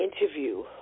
interview